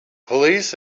police